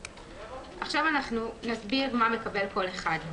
עכשיו אנחנו נסביר מה מקבל כל אחד,